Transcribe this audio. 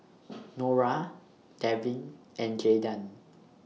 Nora Devyn and Jaydan